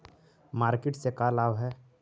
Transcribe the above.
Market से का लाभ है?